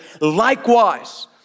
likewise